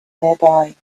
nearby